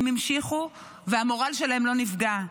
הם המשיכו והמורל שלהם לא נפגע.